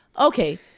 Okay